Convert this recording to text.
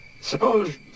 Suppose